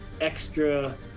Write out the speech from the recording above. extra